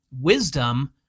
wisdom